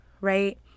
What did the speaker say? right